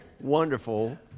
wonderful